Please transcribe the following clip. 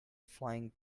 flying